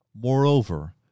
moreover